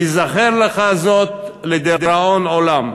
ייזכר לך זאת לדיראון עולם.